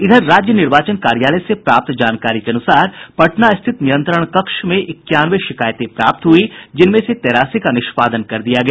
इधर राज्य निर्वाचन कार्यालय से प्राप्त जानकारी के अनुसार पटना स्थित नियंत्रण कक्ष में इक्यानवे शिकायतें प्राप्त हुई जिनमें से तेरासी का निष्पादन कर दिया गया